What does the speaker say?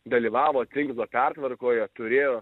dalyvavo tinklo pertvarkoje turėjo